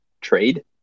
trade